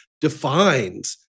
defines